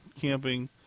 camping